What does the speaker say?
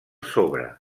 sobre